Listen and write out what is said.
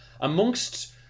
amongst